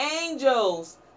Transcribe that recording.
angels